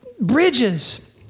bridges